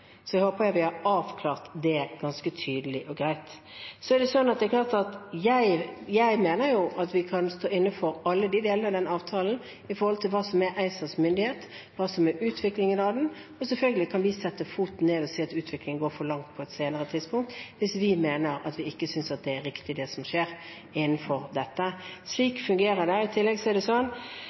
håper jeg at vi har avklart det ganske tydelig og greit. Jeg mener at vi kan stå inne for alle delene av den avtalen med hensyn til hva som er ACERs myndighet, hva som er utviklingen av den, og selvfølgelig kan vi sette foten ned og si at utviklingen går for langt, på et senere tidspunkt hvis vi ikke synes at det er riktig, det som skjer innenfor dette. Slik fungerer det. I tillegg er denne troen på at det